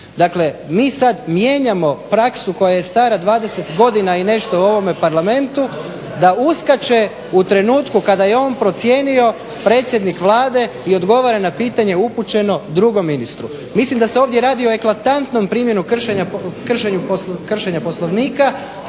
Dakle, mi sada mijenjamo praksu koja je stara 20 godina i nešto u ovome Parlamentu da uskače u trenutku kada je on procijenio predsjednik Vlade i odgovara na pitanje upućeno drugom ministru. Mislim da se ovdje radi o eklatantnom primjenu kršenja Poslovnika